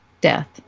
death